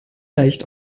leicht